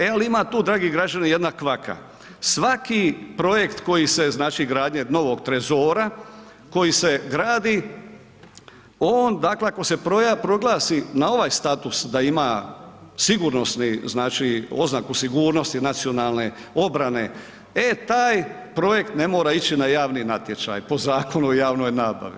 E ali ima tu dragi građani jedna kvaka, svaki projekt koji se znači gradnja novog trezora koji se gradi, on da ako se proglasi na ovaj status da ima sigurnosni znači oznaku sigurnosti nacionalne obrane, e taj projekt ne mora ići na javni natječaj po Zakonu o javnoj nabavi.